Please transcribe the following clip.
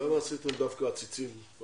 למה שמתם דווקא עציצים?